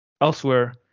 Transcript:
Elsewhere